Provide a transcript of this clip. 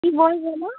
কী বই বলুন